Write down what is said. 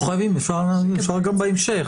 חברים, אפשר גם בהמשך.